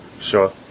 sure